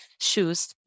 shoes